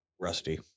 Rusty